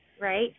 right